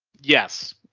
yes,